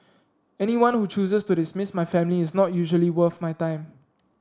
anyone who chooses to dismiss my family is not usually worth my time